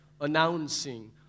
announcing